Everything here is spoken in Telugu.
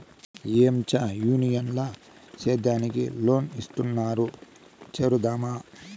ఏంచా యూనియన్ ల సేద్యానికి లోన్ ఇస్తున్నారు చేరుదామా